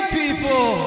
people